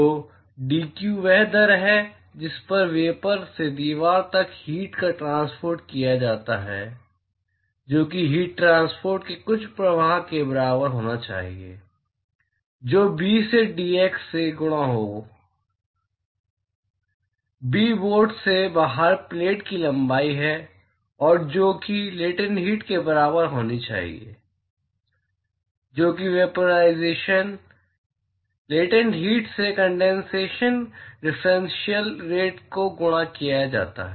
तो dq वह दर है जिस पर वेपर से दीवार तक हीट का ट्रांसपोर्ट किया जाता है जो कि हीट ट्रांसपोर्ट के कुछ प्रवाह के बराबर होना चाहिए जो बी से dx में गुणा हो बी बोर्ड के बाहर प्लेट की लंबाई है और जो कि लेटेन्ट हीट के बराबर होनी चाहिए जो कि वेपोराइज़ेशन की लेटेन्ट हीट से कंडेंसेशन डिफरेन्शियल रेट को गुणा किया जाता है